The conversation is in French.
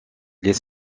les